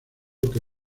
que